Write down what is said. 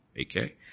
Okay